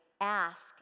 ask